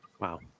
Wow